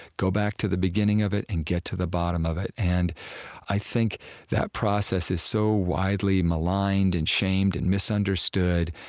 go back to the beginning of it and get to the bottom of it and i think that process is so widely maligned and shamed and misunderstood,